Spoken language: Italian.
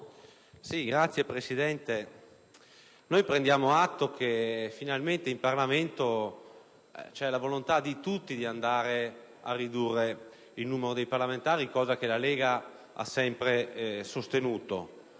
Signor Presidente, prendiamo atto che finalmente in Parlamento c'è la volontà di tutti di ridurre il numero dei parlamentari, cosa che la Lega ha sempre sostenuto.